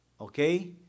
okay